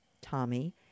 Tommy